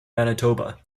manitoba